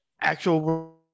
Actual